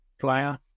player